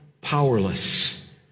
powerless